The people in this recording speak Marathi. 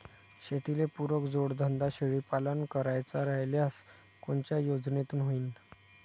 शेतीले पुरक जोडधंदा शेळीपालन करायचा राह्यल्यास कोनच्या योजनेतून होईन?